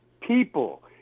people